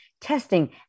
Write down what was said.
testing